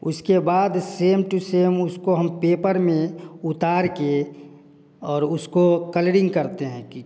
उसके बाद same to same उसको हम पेपर में उतार के और उसको कलरिंग करते हैं